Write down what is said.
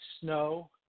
snow